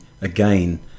again